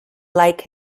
like